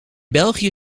belgië